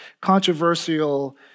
controversial